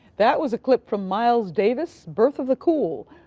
that was a clip from miles davis birth of the cool.